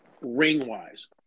ring-wise